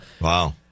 Wow